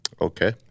Okay